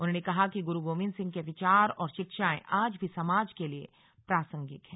उन्होंने कहा कि गुरू गोविन्द सिंह के विचार और शिक्षाएं आज भी समाज के लिए प्रासंगिक हैं